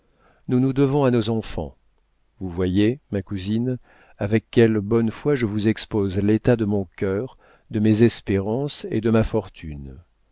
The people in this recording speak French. nous nous devons à nos enfants vous voyez ma cousine avec quelle bonne foi je vous expose l'état de mon cœur de mes espérances et de ma fortune